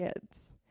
kids